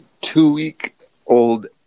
two-week-old